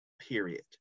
period